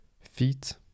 feet